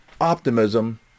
optimism